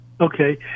okay